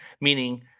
meaning